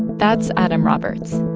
that's adam roberts.